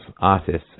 artists